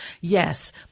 Yes